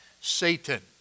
Satan